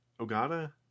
Ogata